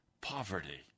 poverty